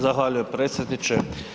Zahvaljujem predsjedniče.